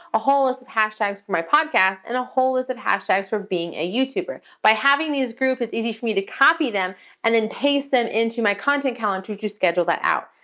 a whole list of hashtags for my podcast, and a whole list of hashtags for being a youtuber. by having these groups, it's easy for me to copy them and then paste them into my content calendar to to schedule that out.